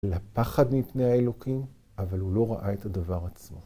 לפחד מפני האלוקים, אבל הוא לא ראה את הדבר עצמו.